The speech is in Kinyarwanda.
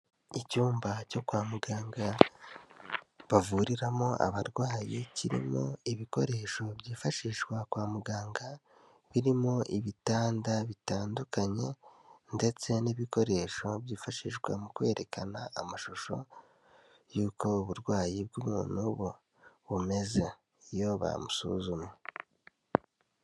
Icyumba cyo kwa muganga bavuriramo abarwayi, kirimo ibikoresho byifashishwa kwa muganga, birimo ibitanda bitandukanye ndetse n'ibikoresho byifashishwa mu kwerekana amashusho y'uko uburwayi bw'umuntu bumeze iyo bamusuzumye.